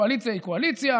קואליציה היא קואליציה,